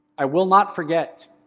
i will not forget,